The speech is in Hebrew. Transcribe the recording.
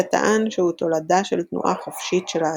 כשטען שהוא תולדה של תנועה חופשית של האטומים.